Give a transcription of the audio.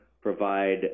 provide